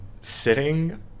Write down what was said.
sitting